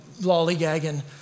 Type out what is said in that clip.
lollygagging